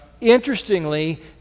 interestingly